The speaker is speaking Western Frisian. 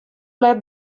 let